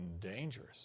dangerous